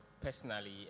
personally